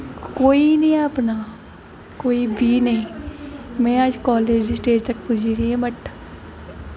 कोई निं ऐ अपना कोई बी नेईं में अज्ज कालेज दी स्टेज तक पुज्जी दी आं बट